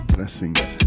Blessings